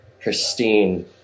pristine